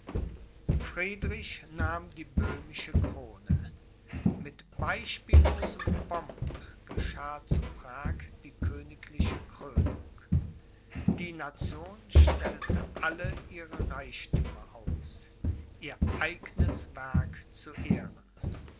nahm die böhmische krone mit beispiellosem pomp geschah zu prag die königliche krönung die nation stellte alle ihre reichthümer aus ihr eignes werk zu ehren